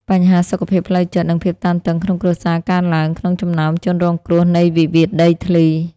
បញ្ហាសុខភាពផ្លូវចិត្ត និងភាពតានតឹងក្នុងគ្រួសារកើនឡើង ក្នុងចំណោមជនរងគ្រោះនៃវិវាទដីធ្លី។